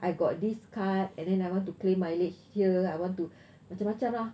I got this card and then I want to claim mileage here I want to macam-macam lah